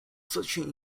searching